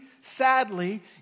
sadly